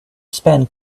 spend